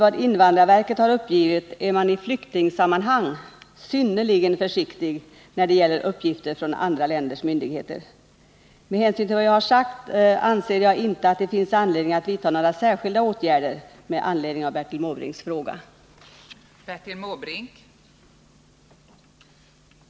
Avser invandrarministern att vidtaga åtgärder för att förhindra att uppgifter från ett annat lands myndigheter utgör tillräcklig grund för att vägra en person inresevisum till Sverige, när landet i fråga befinner sig i akut konflikt med befrielserörelse, som den visumsökande haft anknytning till?